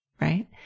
right